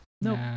Nope